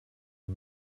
die